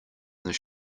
this